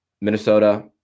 Minnesota